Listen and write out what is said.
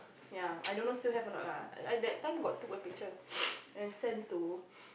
yeah I don't know still have or not lah at that time got took a picture and send to